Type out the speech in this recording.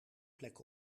plek